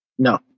No